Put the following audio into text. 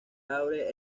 abre